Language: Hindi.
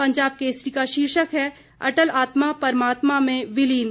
पंजाब केसरी का शीर्षक है अटल आत्मा परमात्मा में विलीन